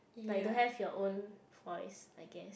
like don't have your own voice I guess